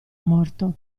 morto